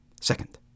Second